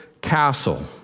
castle